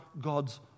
God's